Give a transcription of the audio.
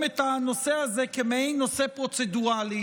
את הנושא הזה כמעין נושא פרוצדורלי.